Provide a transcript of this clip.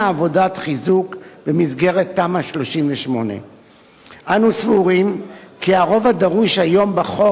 עבודת חיזוק במסגרת תמ"א 38. אנו סבורים כי הרוב הדרוש היום בחוק